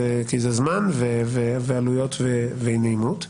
זה זמן ועלויות ואי נעימות.